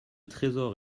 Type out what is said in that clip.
trésor